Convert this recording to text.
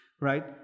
right